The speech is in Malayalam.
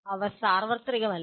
അവ സാർവത്രികമല്ല